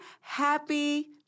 happy